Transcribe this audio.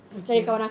okay